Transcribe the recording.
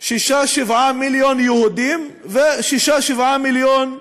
7-6 מיליון יהודים ו-7-6 מיליון פלסטינים.